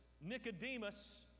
Nicodemus